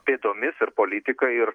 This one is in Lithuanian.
pėdomis ir politika ir